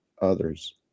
others